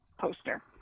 poster